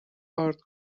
ارد